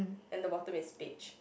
and the bottom is beige